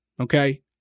okay